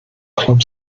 club